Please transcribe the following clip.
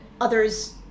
others